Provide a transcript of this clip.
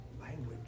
language